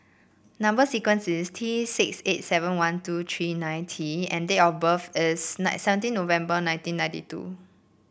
number sequence is T six eight seven one two three nine T and date of birth is nine seventeen November One Thousand nineteen ninety two